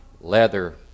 leather